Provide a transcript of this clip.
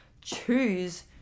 choose